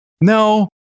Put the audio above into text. No